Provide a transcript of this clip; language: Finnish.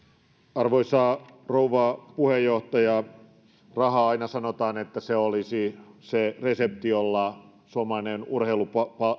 arvoisa rouva puheenjohtaja aina sanotaan että raha olisi se resepti jolla suomalainen urheilu